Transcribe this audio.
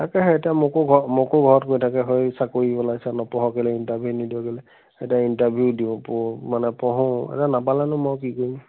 তাকে হে এতিয়া মোকো ঘৰ মোকো ঘৰত কৈ থাকে সেই চাকৰি ওলাইছে নপঢ়া কেলে ইণ্টাৰভিউ নিদিয় কেলে এতিয়া ইণ্টাৰভিউ দিব মানে পঢ়াে এতিয়া নাপালেনো মই কি কৰিম